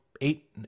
eight